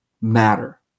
matter